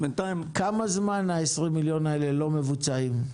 כמה זמן ה-20 מיליון האלה לא מבוצעים?